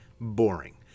boring